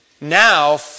now